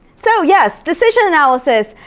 so, yes, decision analysis,